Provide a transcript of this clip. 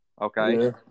Okay